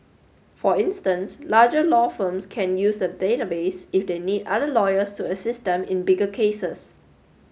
for instance larger law firms can use the database if they need other lawyers to assist them in bigger cases